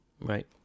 Right